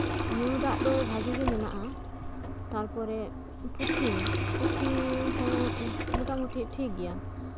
ᱧᱩ ᱫᱟᱜ ᱫᱚ ᱵᱷᱟᱜᱮ ᱜᱮ ᱢᱮᱱᱟᱜᱼᱟ ᱛᱟᱨᱯᱚᱨᱮ ᱯᱩᱛᱷᱤ ᱯᱩᱛᱷᱤ ᱦᱚᱸ ᱢᱳᱴᱟᱢᱩᱴᱤ ᱴᱷᱤᱠ ᱜᱮᱭᱟ